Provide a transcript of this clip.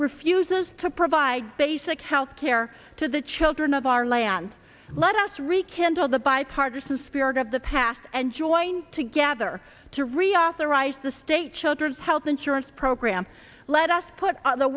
refuses to provide basic health care to the children of our land let us rekindle the bipartisan spirit of the past and join together to reauthorize the state children's health insurance program let us put the